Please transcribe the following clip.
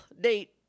date